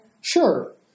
Sure